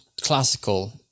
classical